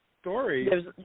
Story